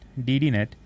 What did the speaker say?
DDNet